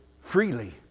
freely